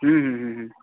हुँ हुँ हुँ